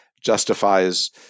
justifies